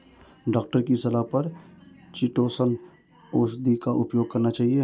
doctor की सलाह पर चीटोसोंन औषधि का उपयोग करना चाहिए